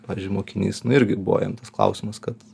pavyzdžiui mokinys nu irgi buvo jam tas klausimas kad